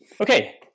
Okay